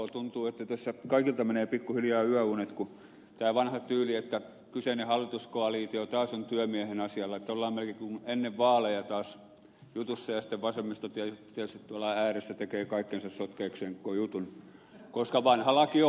tuntuu että tässä kaikilta menee pikkuhiljaa yöunet kun on tämä vanha tyyli että kyseinen hallituskoalitio taas on työmiehen asialla ollaan melkein kuin ennen vaaleja taas jutussa ja sitten vasemmisto tietysti tuolla ääressä tekee kaikkensa sotkeakseen koko jutun koska vanha laki on huono